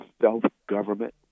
self-government